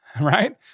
Right